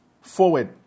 forward